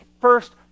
first